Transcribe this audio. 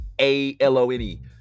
A-L-O-N-E